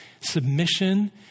submission